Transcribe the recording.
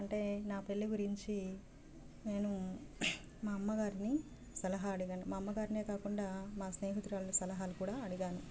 అంటే నా పెళ్ళి గురించి నేను మా అమ్మగారిని సలహా అడిగాను మా అమ్మ గారినే కాకుండా మా స్నేహితురాళ్ళ సలహా కూడా అడిగాను